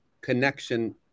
connection